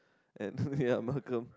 and ya Malcolm